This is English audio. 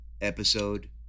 episode